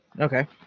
Okay